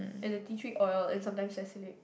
and the tea tree oil and sometimes salicylic